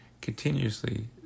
continuously